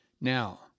Now